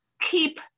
keep